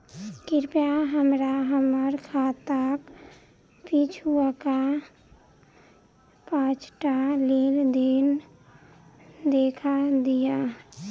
कृपया हमरा हम्मर खाताक पिछुलका पाँचटा लेन देन देखा दियऽ